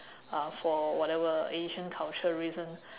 uh for whatever asian culture reason